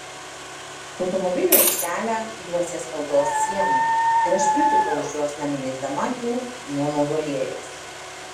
automobilių aikštelę juosė skaldos siena ir aš pritūpiau už jos nenuleisdama akių nuo mauzoliejaus